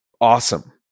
awesome